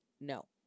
No